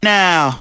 now